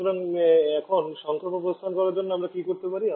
সুতরাং এখন সংক্ষেপক প্রস্থান করার জন্য আমরা কি করতে পারি